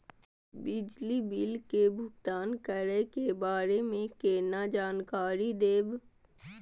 बिजली बिल के भुगतान करै के बारे में केना जानकारी देब?